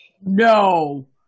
No